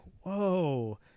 whoa